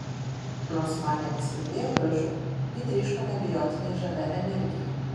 nors magė nespindėjo grožiu ji tryško neabejotinai žavia energija